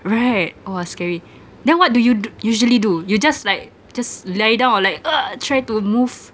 right !wah! scary then what do you do usually do you just like just lie down or like try to move